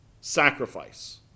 sacrifice